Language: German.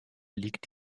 liegt